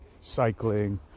cycling